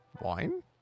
wine